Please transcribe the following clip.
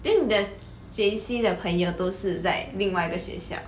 then 你的 J_C 的朋友都是在另外一个学校